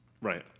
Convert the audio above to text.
Right